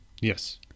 Yes